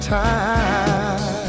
time